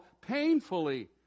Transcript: painfully